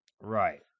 Right